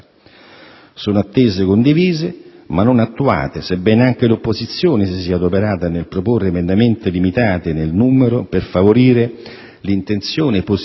Sono attese condivise, ma non attuate, sebbene anche l'opposizione si sia adoperata nel proporre emendamenti limitati nel numero per favorire l'intenzione positiva